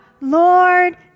Lord